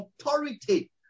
authority